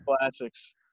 classics